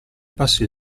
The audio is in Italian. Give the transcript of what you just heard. passi